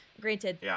Granted